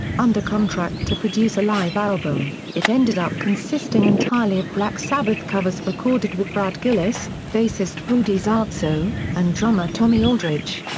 under contract to produce a live album, it ended up consisting entirely of black sabbath covers recorded with brad gillis, bassist rudy sarzo, and drummer tommy aldridge.